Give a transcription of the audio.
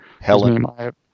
Helen